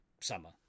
summer